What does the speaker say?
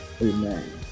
Amen